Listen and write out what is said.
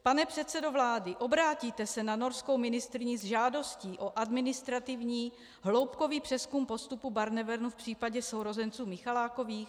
Pan předsedo vlády, obrátíte se na norskou ministryni s žádostí o administrativní hloubkový přezkum postupu Barnevernu v případě sourozenců Michalákových?